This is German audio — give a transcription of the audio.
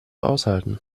aushalten